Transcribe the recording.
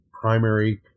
primary